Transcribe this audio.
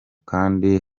kandi